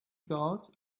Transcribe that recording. gulls